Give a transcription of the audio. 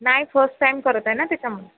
नाही first time करत आहे ना त्याच्यामुळं